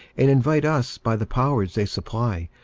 and invite us by the powers they supply,